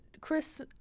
chris